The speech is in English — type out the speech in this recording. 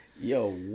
Yo